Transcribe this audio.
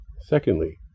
Secondly